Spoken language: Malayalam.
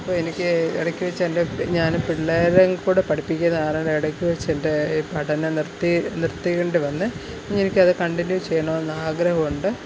അപ്പോൾ എനിക്ക് ഇടയ്ക്കു വച്ച് എൻ്റെ ഞാൻ പിള്ളേരെയും കൂടെ പഠിപ്പിക്കുന്നത് കാരണം ഇടയ്ക്കു വച്ച് എൻ്റെ പഠനം നിർത്തി നിർത്തേണ്ടി വന്നു ഇനി എനിക്ക് അത് കണ്ടിന്യൂ ചെയ്യണമെന്ന് ആഗ്രഹമുണ്ട്